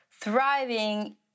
thriving